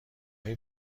های